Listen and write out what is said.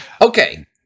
Okay